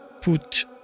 put